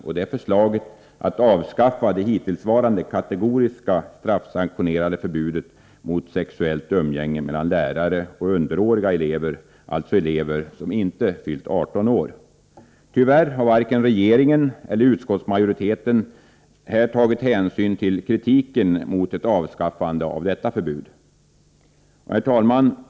Det gäller förslaget om att avskaffa det hittillsvarande kategoriska straffsanktionerade förbudet mot sexuellt umgänge mellan lärare och underåriga elever, alltså elever som inte fyllt 18 år. Tyvärr har varken regeringen eller utskottsmajoriteten tagit hänsyn till kritiken mot ett avskaffande av detta förbud. Herr talman!